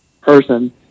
person